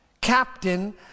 Captain